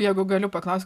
jeigu galiu paklaust